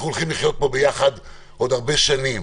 אנחנו הולכים לחיות פה ביחד עוד הרבה שנים.